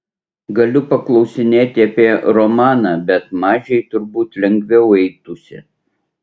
galiu paklausinėti apie romaną bet mažei turbūt lengviau eitųsi